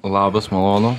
labas malonu